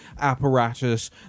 apparatus